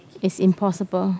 it's impossible